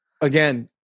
again